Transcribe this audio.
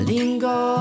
Lingo